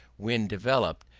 when developed,